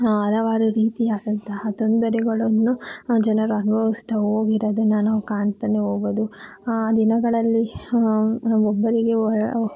ಹಲವಾರು ರೀತಿಯಾದಂತಹ ತೊಂದರೆಗಳನ್ನು ಜನರು ಅನುಭವಿಸ್ತಾ ಹೋಗಿರೋದನ್ನು ನಾವು ಕಾಣ್ತಲೇ ಹೋಗ್ಬೋದು ಆ ದಿನಗಳಲ್ಲಿ ಒಬ್ಬರಿಗೆ ವೈ